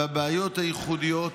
ועם הבעיות הייחודיות